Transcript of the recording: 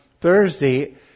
Thursday